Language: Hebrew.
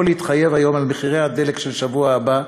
להתחייב כיום על מחירי הדלק של השבוע הבא,